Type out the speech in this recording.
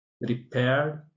repaired